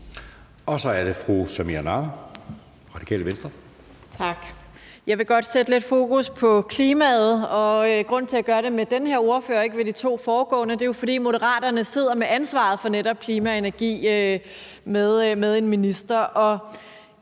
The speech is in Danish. Venstre. Kl. 11:06 Samira Nawa (RV): Tak. Jeg vil godt sætte lidt fokus på klimaet, og grunden til, at jeg gør det med den her ordfører og ikke ved de to foregående ordførere, er jo, at Moderaterne sidder med ansvaret for netop klima og energi med en minister,